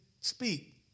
speak